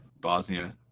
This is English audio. Bosnia